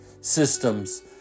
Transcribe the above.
systems